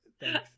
Thanks